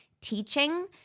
teaching